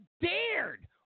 dared